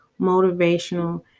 motivational